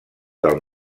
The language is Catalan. del